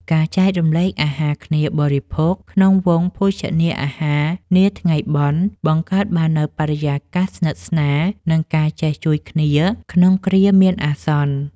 ការចែករំលែកអាហារគ្នាបរិភោគក្នុងវង់ភោជនាអាហារនាថ្ងៃបុណ្យ បង្កើតបាននូវបរិយាកាសស្និទ្ធស្នាល និងការចេះជួយគ្នាក្នុងគ្រាមានអាសន្ន។